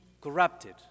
corrupted